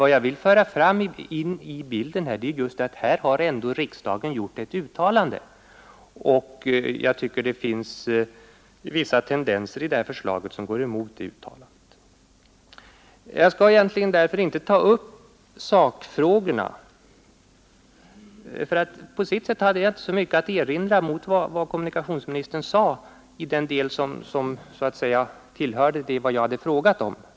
Vad jag vill föra in i bilden är, att här har riksdagen ändå gjort ett uttalande, och jag tycker det finns vissa tendenser i detta förslag som går emot detta riksdagens uttalande. Jag skall här inte så mycket ta upp sakfrågorna, ty på sätt och vis har jag inte mycket att erinra mot vad kommunikationsministern sade i den del som rörde det jag verkligen har frågat om.